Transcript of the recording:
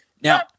now